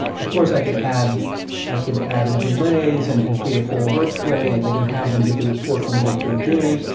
of course i could add i could add delays and and create a whole workflow. like, i can have them get the report only after a day.